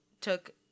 took